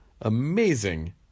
amazing